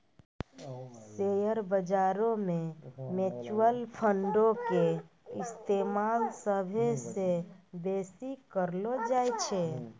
share बजारो मे mutual फंडो के इस्तेमाल सभ्भे से बेसी करलो जाय छै